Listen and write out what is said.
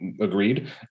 agreed